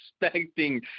expecting